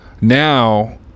now